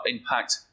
impact